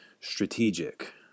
strategic